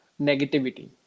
negativity